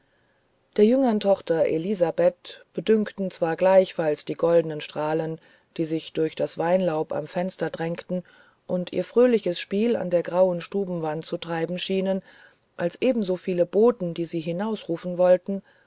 der jüngern tochter elisabeth bedünkten zwar gleichfalls die goldnen strahlen die sich durch das weinlaub am fenster drängten und ihr fröhliches spiel an der grauen stubenwand zu treiben schienen als ebenso viele boten die sie hinausrufen wollten